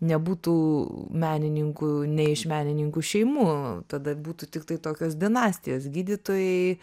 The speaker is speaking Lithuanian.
nebūtų menininkų ne iš menininkų šeimų tada būtų tiktai tokios dinastijos gydytojai